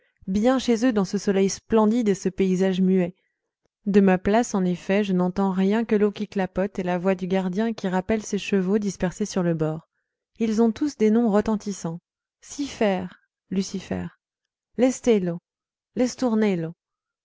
bien chez eux dans ce soleil splendide et ce paysage muet de ma place en effet je n'entends rien que l'eau qui clapote et la voix du gardien qui rappelle ses chevaux dispersés sur le bord ils ont tous des noms retentissants